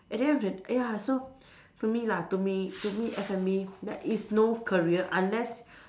at the end of the ya so to me lah to me to me F&B there is no career unless